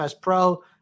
pro